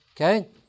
okay